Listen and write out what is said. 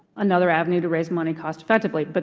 another avenue to raise money cost effectively, but